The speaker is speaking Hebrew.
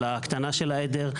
של ההקטנה של העדר.